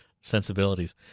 sensibilities